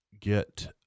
get